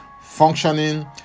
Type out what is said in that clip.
functioning